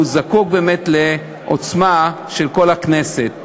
והוא זקוק באמת לעוצמה של כל הכנסת.